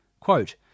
Quote